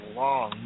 long